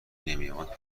نمیآمد